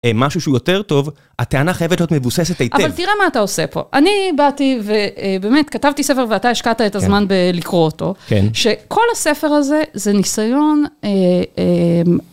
משהו שהוא יותר טוב, הטענה חייבת להיות מבוססת היטב. אבל תראה מה אתה עושה פה. אני באתי, ובאמת כתבתי ספר, ואתה השקעת את הזמן בלקרוא אותו, שכל הספר הזה זה ניסיון אה... אמ...